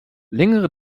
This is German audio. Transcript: längere